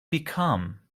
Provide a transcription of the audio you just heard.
become